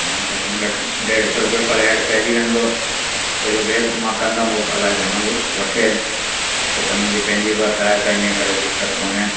घटि में घटि ॾेढ़ सौ रुपए पर हैड पेइजी वेंदो छो जो ॿिए खां मां कंदमि इलाही घणो वठे इहो त मुंहिंजी पंहिंजी बसि आहे त इनकरे दिक़त कोन्हे